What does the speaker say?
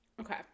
Okay